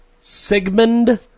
Sigmund